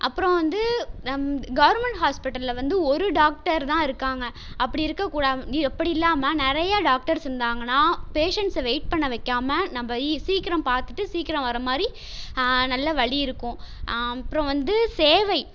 அப்புறம் வந்து நம் கவர்மெண்ட் ஹாஸ்பிட்டலில் வந்து ஒரு டாக்டர் தான் இருக்காங்க அப்படி இருக்கக்கூடாது இ அப்படி இல்லாமல் நிறைய டாக்டர்ஸ் இருந்தாங்கன்னால் பேஷண்ட்ஸை வெயிட் பண்ண வைக்காமல் நம்ம இ சீக்கிரம் பார்த்துட்டு சீக்கிரம் வர மாதிரி நல்ல வழி இருக்கும் அப்புறம் வந்து சேவை